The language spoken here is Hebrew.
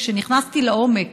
כשנכנסתי לעומק